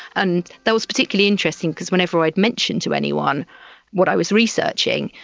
and that was particularly interesting because whenever i'd mentioned to anyone what i was researching,